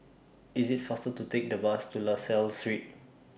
IT IS faster to Take The Bus to La Salle Street